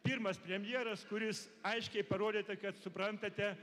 pirmas premjeras kuris aiškiai parodėte kad suprantate